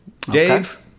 Dave